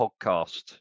podcast